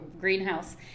greenhouse